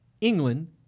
England